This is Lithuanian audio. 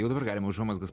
jau dabar galim užuomazgas